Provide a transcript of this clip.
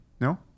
no